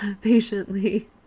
patiently